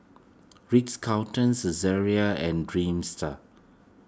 Ritz Carlton Saizeriya and Dreamster